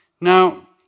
Now